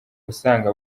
usanga